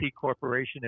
corporation